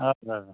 हजुर हजुर